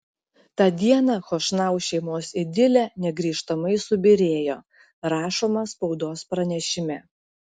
tą dieną chošnau šeimos idilė negrįžtamai subyrėjo rašoma spaudos pranešime